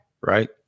Right